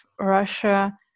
Russia